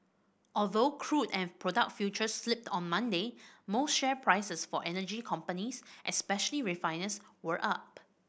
although crude and product futures slipped on Monday most share prices for energy companies especially refiners were up